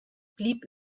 blieb